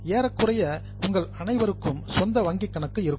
ஏறக்குறைய உங்கள் அனைவருக்கும் சொந்த வங்கிக் கணக்கு இருக்கும்